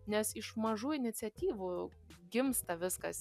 nes iš mažų iniciatyvų gimsta viskas